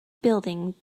building